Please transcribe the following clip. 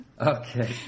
okay